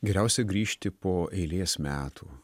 geriausia grįžti po eilės metų